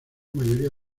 mayoría